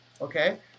okay